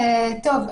לכן,